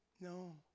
no